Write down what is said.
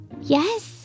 Yes